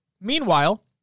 Meanwhile